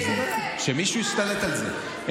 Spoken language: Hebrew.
שמישהו ישתלט על זה.